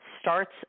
starts